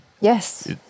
Yes